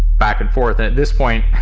back and forth at this point,